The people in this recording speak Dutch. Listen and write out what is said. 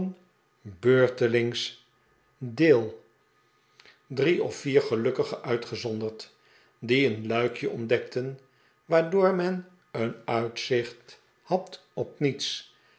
deel drie of vier gelukkigen uitgezonderd die een luikje ontdekten waardoor men een uitzicht had op niets